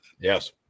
Yes